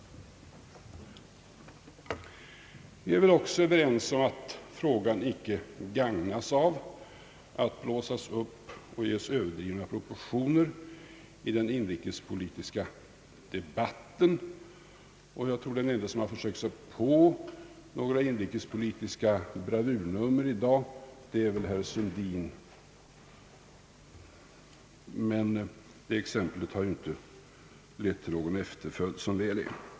Vi är väl också överens om att frågan inte gagnas av att blåsas upp och ges överdrivna proportioner i den in rikespolitiska debatten; jag tror att den ende som försökt sig på några inrikespolitiska bravurnummer i dag är herr Sundin — det exemplet har som väl är inte lett till någon efterföljd.